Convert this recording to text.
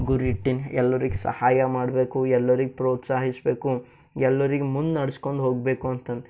ಗುರಿ ಇಟ್ಟಿನಿ ಎಲ್ಲರಿಗೂ ಸಹಾಯ ಮಾಡಬೇಕು ಎಲ್ಲರಿಗೂ ಪ್ರೋತ್ಸಾಹಿಸಬೇಕು ಎಲ್ಲರಿಗೆ ಮುಂದೆ ನಡೆಸ್ಕೊಂಡು ಹೋಗಬೇಕು ಅಂತಂದು